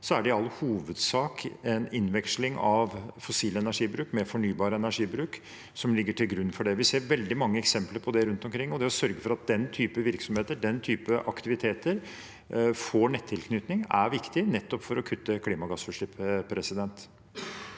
er det i all hovedsak en innveksling av fossil energibruk med fornybar energibruk som ligger til grunn for det. Vi ser veldig mange eksempler på det rundt omkring. Å sørge for at den type virksomheter og aktiviteter får nettilknytning, er viktig nettopp for å kutte klimagassutslipp. Sofie